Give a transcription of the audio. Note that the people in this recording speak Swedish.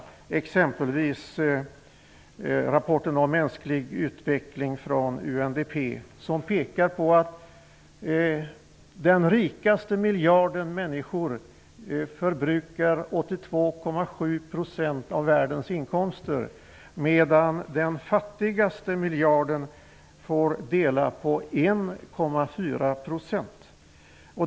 Bl.a. pekas i rapporten om mänsklig utveckling från UNDP på att den rikaste miljarden människor förbrukar 82,7 % av världens inkomster medan den fattigaste miljarden får dela på 1,4 %.